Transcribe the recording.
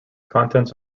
contents